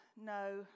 no